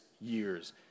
years